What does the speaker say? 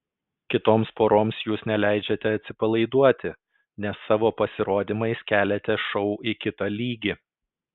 kitoms poroms jūs neleidžiate atsipalaiduoti nes savo pasirodymais keliate šou į kitą lygį